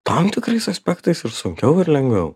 tam tikrais aspektais ir sunkiau ir lengviau